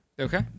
Okay